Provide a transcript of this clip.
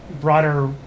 broader